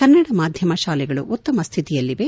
ಕನ್ನಡ ಮಾಧ್ಯಮ ಶಾಲೆಗಳು ಉತ್ತಮ ಸ್ವಿತಿಯಲ್ಲಿವೆ